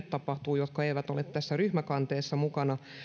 tapahtuu niille jotka eivät ole tässä ryhmäkanteessa mukana